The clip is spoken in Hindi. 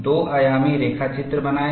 दो आयामी रेखाचित्र बनाएं